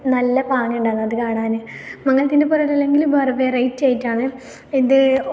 നല്ല പാങ്ങ്ണ്ട്ന്ന് അത് കാണാൻ മങ്ങലത്തിൻ്റെ ഒപ്പരല്ലെങ്കിൽ വേറെ വെറൈറ്റി ആയിട്ടാണ് ഇത് ഒക്കെ